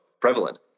prevalent